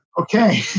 Okay